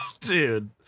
dude